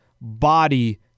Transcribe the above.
body